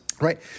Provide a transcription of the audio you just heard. Right